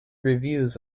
reviews